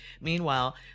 Meanwhile